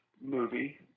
movie